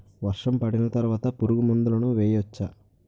వర్షం పడిన తర్వాత పురుగు మందులను వేయచ్చా?